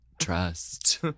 trust